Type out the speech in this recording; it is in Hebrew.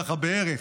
ככה, בערך.